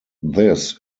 this